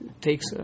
takes